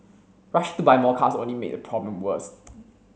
rushing to buy more cars only made the problem worse